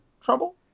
trouble